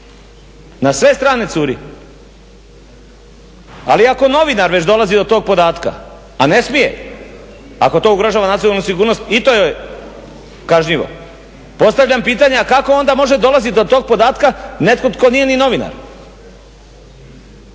Na sve strane curi. Ali ako novinar već dolazi do tog podatka, a ne smije, ako to ugrožava nacionalnu sigurnost i to je kažnjivo. Postavljam pitanje a kako onda može dolaziti do tog podatka netko tko nije ni novinar?